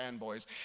fanboys